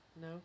No